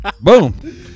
boom